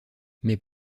mais